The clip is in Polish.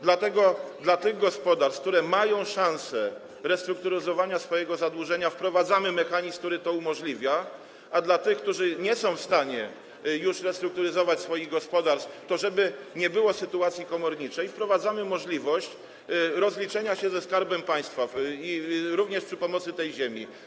Dlatego dla tych gospodarstw, które mają szansę restrukturyzowania swojego zadłużenia, wprowadzamy mechanizm, który to umożliwia, a dla tych, które już nie są w stanie restrukturyzować swoich gospodarstw, żeby nie było sytuacji komorniczej, wprowadzamy możliwość rozliczenia się ze Skarbem Państwa również przy pomocy tej ziemi.